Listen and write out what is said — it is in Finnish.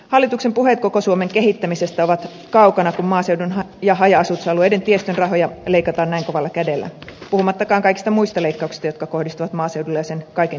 hallituksen puheet koko suomen kehittämisestä ovat kaukana kun maaseudun ja haja asutusalueiden tiestön rahoja leikataan näin kovalla kädellä puhumattakaan kaikista muista leikkauksista jotka kohdistuvat maaseudulle ja sen kaikenikäiseen väestöön